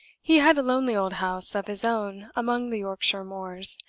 he had a lonely old house of his own among the yorkshire moors,